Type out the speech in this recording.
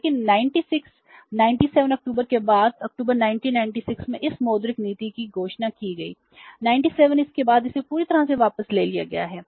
लेकिन 96 97 अक्टूबर के बाद अक्टूबर 1996 में इस मौद्रिक नीति की घोषणा की गई 97 इसके बाद इसे पूरी तरह से वापस ले लिया गया है